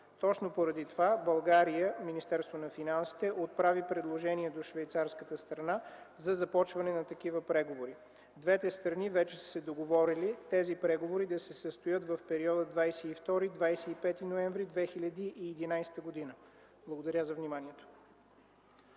Точно поради това България – Министерството на финансите, отправи предложение до швейцарската страна за започване на такива преговори. Двете страни вече са се договорили тези преговори да се състоят в периода 22-25 ноември 2011 г. Благодаря за вниманието.